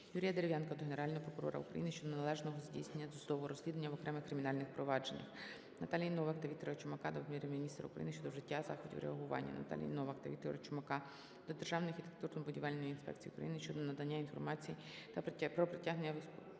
Юрія Дерев'янка до Генерального прокурора України щодо неналежного здійснення досудового розслідування в окремих кримінальних провадженнях. Наталії Новак та Віктора Чумака до Прем'єр-міністра України щодо вжиття заходів реагування. Наталії Новак та Віктора Чумака до Державної архітектурно-будівельної інспекції України щодо надання інформації про прийняття в